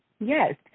Yes